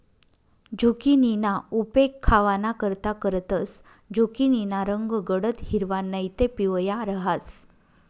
झुकिनीना उपेग खावानाकरता करतंस, झुकिनीना रंग गडद हिरवा नैते पिवया रहास